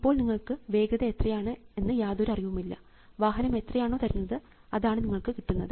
ഇപ്പോൾ നിങ്ങൾക്ക് വേഗത എത്രയാണെന്ന് യാതൊരു അറിവുമില്ല വാഹനം എത്രയാണോ തരുന്നത് അതാണ് നിങ്ങൾക്ക് കിട്ടുന്നത്